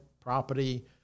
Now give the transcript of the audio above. property